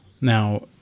now